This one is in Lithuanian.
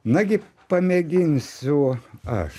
nagi pamėginsiu aš